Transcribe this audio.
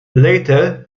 later